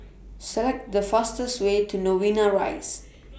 Select The fastest Way to Novena Rise